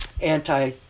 anti